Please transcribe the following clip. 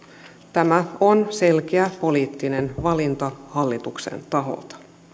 tämä on selkeä poliittinen valinta hallituksen taholta